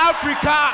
Africa